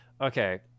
Okay